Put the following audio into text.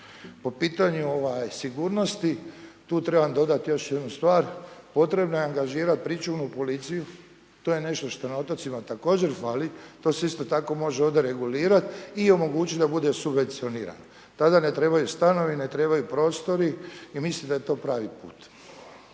po pitanju sigurnosti, tu trebam dodat još jednu stvar. Potrebno je angažirati pričuvnu policiju. To je nešto što na otocima također fali, to se isto tako može ovdje regulirati i omogućiti da bude subvencionirano. .../Govornik se ne razumije./... ne trebaju stanovi, ne trebaju prostori i mislim da je to pravi put.